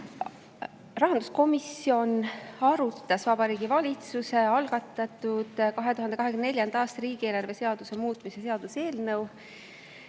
Rahanduskomisjon arutas Vabariigi Valitsuse algatatud 2024. aasta riigieelarve seaduse muutmise seaduse eelnõu